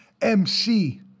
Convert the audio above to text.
MC